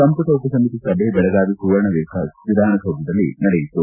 ಸಂಮಟ ಉಪಸಮಿತಿ ಸಭೆ ಬೆಳಗಾವಿ ಸುವರ್ಣ ವಿಧಾನಸೌಧದಲ್ಲಿ ನಡೆಯಿತು